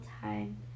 time